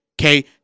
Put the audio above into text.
Okay